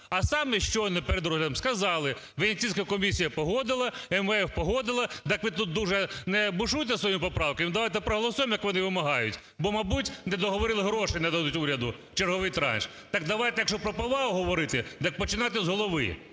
А самі щойно перед розглядом сказали, Венеційська комісія погодила, МВФ погодив, так ви тут дуже не бушуйте за свої поправки, давайте проголосуємо, як вони вимагають. Бо, мабуть, говорили, гроші не дадуть уряду, черговий транш. Так давайте, якщо про повагу говорити, так починати з голови.